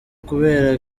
kubera